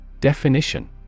Definition